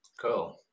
Cool